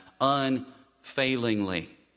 unfailingly